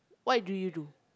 what do you do